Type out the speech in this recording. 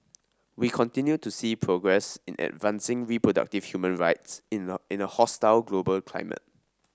we continue to see progress in advancing reproductive human rights in a in a hostile global climate